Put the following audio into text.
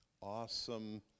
awesome